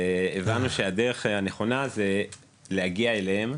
הבנו שהדרך הנכונה היא להגיע אליהם,